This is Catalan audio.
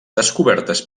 descobertes